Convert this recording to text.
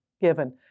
given